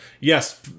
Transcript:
Yes